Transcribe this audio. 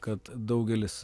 kad daugelis